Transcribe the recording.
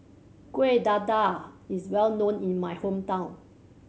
Kueh Dadar is well known in my hometown